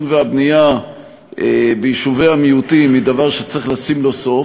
והבנייה ביישובי המיעוטים היא דבר שצריך לשים לו סוף,